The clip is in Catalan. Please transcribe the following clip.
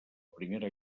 primera